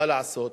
מה לעשות?